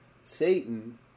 Satan